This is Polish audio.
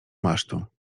masztu